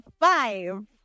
five